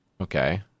Okay